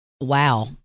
wow